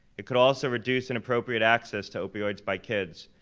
it could also reduce inappropriate access to opioids by kids.